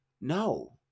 No